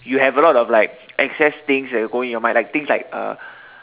you have a lot of like excess things that will go in your mind like things like uh